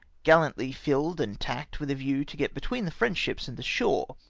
gallantly filled and tacked with a view to get between the french ships and the shore,